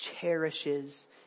cherishes